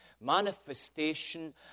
manifestation